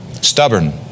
Stubborn